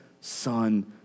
son